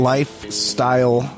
Lifestyle